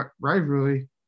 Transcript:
rivalry